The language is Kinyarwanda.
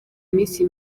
minsi